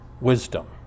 wisdom